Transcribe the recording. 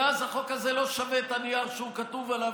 ואז החוק הזה לא שווה את הנייר שהוא כתוב עליו,